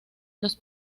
los